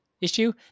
issue